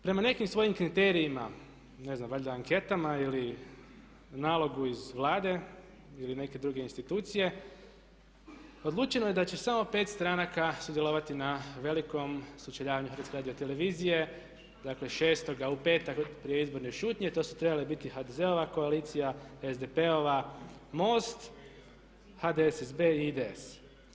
Prema nekim svojim kriterijima ne znam valjda anketama ili nalogu iz Vlade ili neke druge institucije odlučeno je da će samo 5 stranaka sudjelovati na velikom sučeljavanju HRT-a, dakle 6. u petak prije izborne šutnje, to su trebali biti HDZ-ova koalicija, SDP-ova, MOST, HDSSB i IDS.